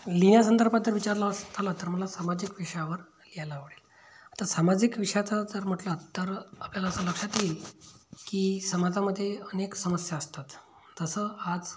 लिहिण्यासंदर्भात जर विचार झालं तर मला सामाजिक विषयावर लिहायला आवडेल का तर सामाजिक विषयाचा जर म्हटलं तर आपल्याला असं लक्षात येईल की समाजामध्ये अनेक समस्या असतात जसं आज